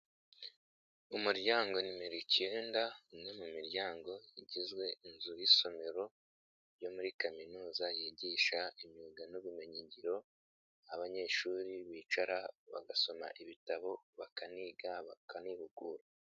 Umuryango nimero icyenda umwe mu miryango igizwe inzu y'isomero yo muri kaminuza yigisha imyuga n'ubumenyingiro abanyeshuri bicara bagasoma ibitabo bakaniga bakanihugura.